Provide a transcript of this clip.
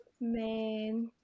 Man